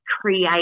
create